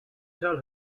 tell